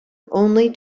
only